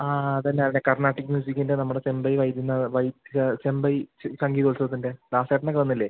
ആ അതു തന്നെ കർണാട്ടിക്ക് മ്യൂസിക്കിൻ്റെ നമ്മുടെ ചെമ്പൈ വൈദ്യ നാഥ് വൈദ്യ ചെമ്പൈ സംഗീതോത്സവത്തിൻ്റെ ദാസേട്ടനൊക്കെ വന്നില്ലേ